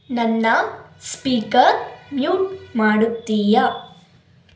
ನನ್ನ speaker mute ಮಾಡುತ್ತೀಯಾ